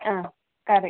അ കറി